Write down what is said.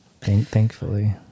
Thankfully